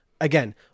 again